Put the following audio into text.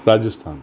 Rajasthan